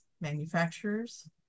manufacturers